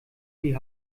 die